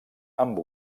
amb